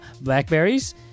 Blackberries